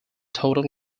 total